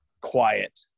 quiet